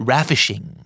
Ravishing